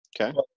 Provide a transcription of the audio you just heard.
okay